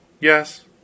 Yes